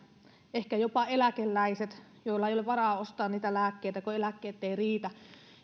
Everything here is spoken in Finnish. ehkä jopa eläkeläiset joilla ei ole varaa ostaa niitä lääkkeitä kun eläkkeet eivät riitä